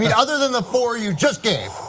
yeah other than the four you just gave,